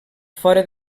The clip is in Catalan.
fora